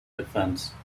defense